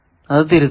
അത് തിരുത്തുക